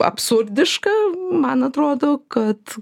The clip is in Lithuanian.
absurdiška man atrodo kad